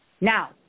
Now